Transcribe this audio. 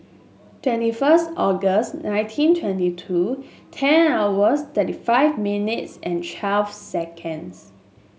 twenty first August nineteen twenty two ten hours thirty five minutes and twelve seconds